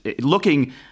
looking